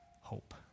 hope